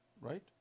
right